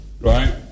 Right